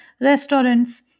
restaurants